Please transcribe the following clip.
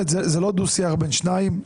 זה לא דו שיח בין שניים.